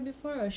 again